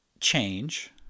change